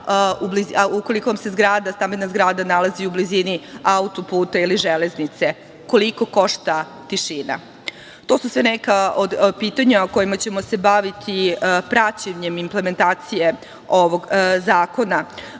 ukoliko vam se zgrada, stambena zgrada, nalazi u blizini autoputa ili železnice? Koliko košta tišina? To su sve neka od pitanja kojima ćemo se baviti praćenjem i implementacije ovog zakona.